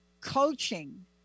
coaching